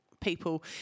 people